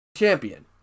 champion